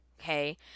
okay